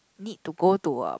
need to go to a